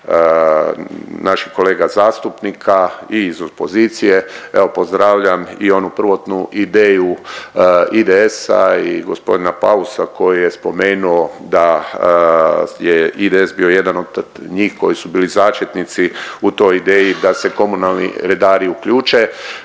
naših kolega zastupnika i iz opozicije evo pozdravljam i onu prvotnu ideju IDS-a i gospodina Pausa koji je spomenuo da je IDS bio jedan od njih koji su bili začetnici u toj ideji da se komunalni redari uključe.